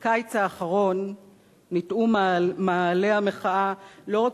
בקיץ האחרון ניטעו מאהלי המחאה לא רק